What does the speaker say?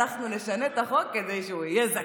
אנחנו נשנה את החוק כדי שהוא יהיה זכאי,